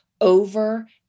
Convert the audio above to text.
over